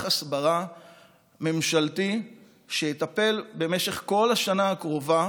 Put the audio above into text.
הסברה ממשלתי שיטפל במשך כל השנה הקרובה